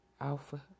Alpha